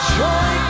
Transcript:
joy